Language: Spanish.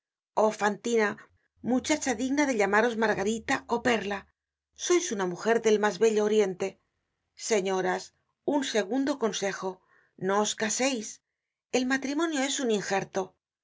oh fantina muchacha digna de llamaros margarita ó perla sois una mujer del mas bello oriente señoras un segundo consejo no os caseis el matrimonio es un ingerto en